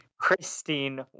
Christine